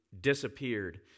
disappeared